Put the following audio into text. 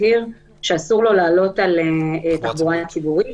מצהיר שאסור לו לעלות על תחבורה ציבורית.